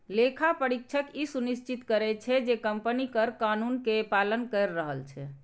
लेखा परीक्षक ई सुनिश्चित करै छै, जे कंपनी कर कानून के पालन करि रहल छै